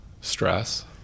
stress